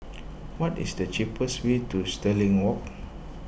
what is the cheapest way to Stirling Walk